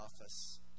office